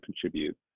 contribute